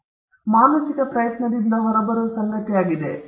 ಆದ್ದರಿಂದ ಒಂದು ಕಲ್ಪನೆ ಮಾನಸಿಕ ಪ್ರಯತ್ನದಿಂದ ಹೊರಬರುವ ಸಂಗತಿಯಾಗಿದೆ